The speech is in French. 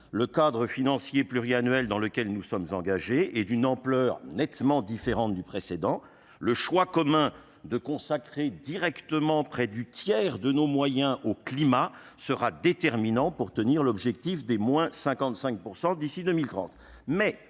le cadre financier pluriannuel dans lequel nous sommes engagés est d'une ampleur nettement différente du précédent. Le choix commun de consacrer directement près du tiers de nos moyens au climat sera déterminant pour tenir l'objectif d'une réduction